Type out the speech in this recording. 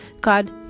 God